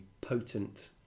potent